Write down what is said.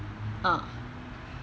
ah